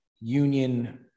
union